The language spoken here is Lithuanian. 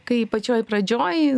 kai pačioj pradžioj